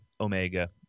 Omega